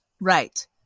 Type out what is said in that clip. Right